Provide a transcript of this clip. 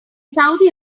saudi